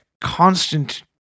constant